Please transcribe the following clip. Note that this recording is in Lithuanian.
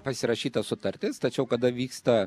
pasirašyta sutartis tačiau kada vyksta